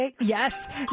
Yes